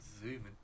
zooming